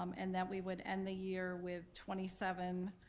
um and that we would end the year with twenty seven